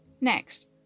Next